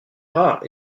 rare